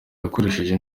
yakoresheje